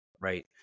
right